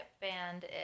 band